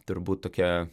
turbūt tokia